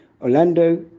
Orlando